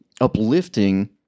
uplifting